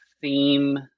theme